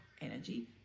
energy